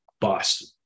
Boston